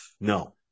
no